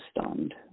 stunned